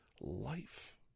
life